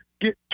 get